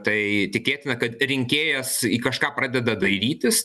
tai tikėtina kad rinkėjas į kažką pradeda dairytis